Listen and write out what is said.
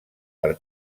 per